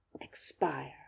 expire